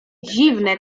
dziwne